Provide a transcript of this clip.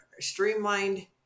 streamlined